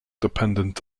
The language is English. dependent